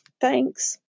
Thanks